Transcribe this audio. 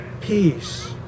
peace